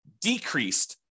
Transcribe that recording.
decreased